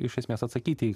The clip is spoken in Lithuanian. iš esmės atsakyti